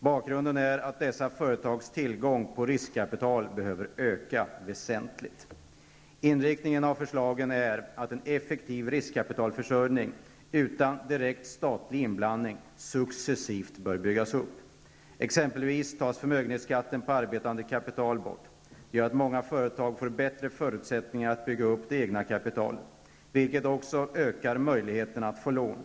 Bakgrunden är att dessa företags tillgång på riskkapital behöver öka väsentligt. Inriktningen av förslagen är att en effektiv riskkapitalförsörjning utan direkt statlig inblandning successivt bör byggas upp. Exempelvis tas förmögenhetsskatten på arbetande kapital bort. Det gör att många företag får bättre förutsättningar att bygga upp det egna kapitalet, vilket också ökar möjligheterna att få lån.